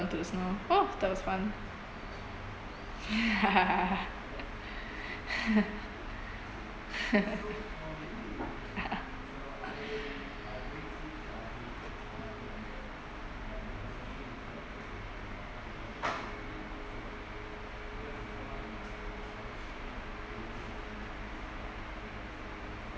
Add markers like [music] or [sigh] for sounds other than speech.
fell into the snow oh that was fun [laughs]